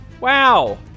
Wow